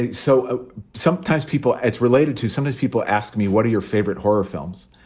ah so ah sometimes people it's related to sometimes people ask me, what are your favorite horror films?